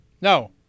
No